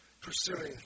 pursuing